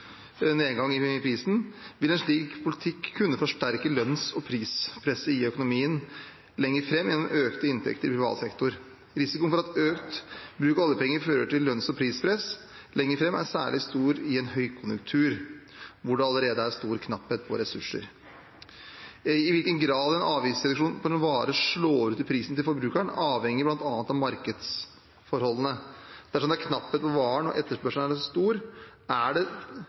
nedgang i prisen, vil en slik politikk kunne forsterke lønns- og prispresset i økonomien lenger fram gjennom økte inntekter i privat sektor. Risikoen for at økt bruk av oljepenger fører til lønns- og prispress lenger fram, er særlig stor i en høykonjunktur hvor det allerede er stor knapphet på ressurser. I hvilken grad en avgiftsreduksjon på en vare slår ut i prisen til forbrukeren, avhenger bl.a. av markedsforholdene. Dersom det er knapphet på varen og etterspørselen er stor, er det